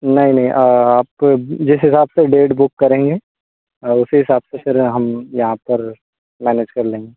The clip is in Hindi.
नहीं नहीं आप जिस हिसाब से डेट बुक करेंगे उसी हिसाब से फिर हम यहाँ पर मैनेज कर लेंगे